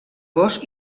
gos